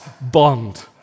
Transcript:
Bond